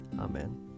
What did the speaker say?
Amen